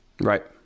Right